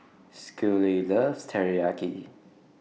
Schley loves Teriyaki